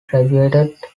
graduated